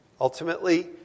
Ultimately